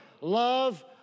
Love